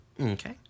Okay